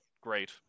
great